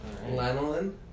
Lanolin